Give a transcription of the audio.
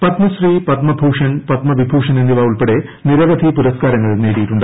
പത്മശ്രീ പത്മഭൂഷൺ പത്മവിഭൂഷൺ എന്നിവ ഉൾപ്പെടെ നിരവധി പുരസ്കാരങ്ങൾ നേടിയിട്ടുണ്ട്